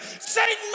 Satan